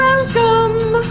Welcome